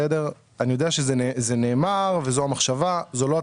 אני יודע שזה נאמר ושזו המחשבה,